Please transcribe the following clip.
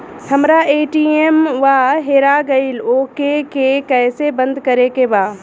हमरा ए.टी.एम वा हेरा गइल ओ के के कैसे बंद करे के बा?